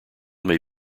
may